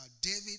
David